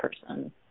person